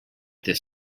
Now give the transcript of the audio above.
this